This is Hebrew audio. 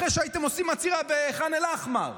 אחרי שהייתם עושים עצירה בחאן אל-אחמר,